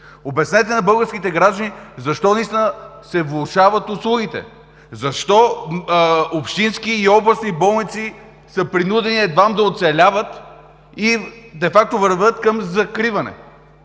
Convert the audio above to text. Обяснете на българските граждани защо наистина се влошават услугите? Защо общински и областни болници са принудени едва да оцеляват и де факто вървят към закриване?